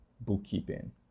bookkeeping